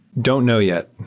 don't know yet.